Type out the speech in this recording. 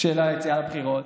של היציאה לבחירות,